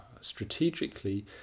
strategically